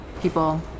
people